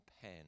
pen